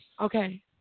Okay